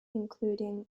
including